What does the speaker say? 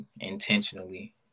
intentionally